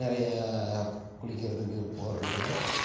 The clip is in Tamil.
நிறையா குளிக்கிறதுக்கு போகிறதுக்குல்லாம்